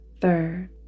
third